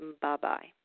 Bye-bye